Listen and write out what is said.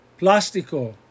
plástico